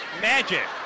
magic